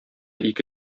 ике